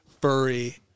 furry